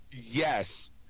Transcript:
Yes